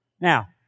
Now